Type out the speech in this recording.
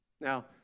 Now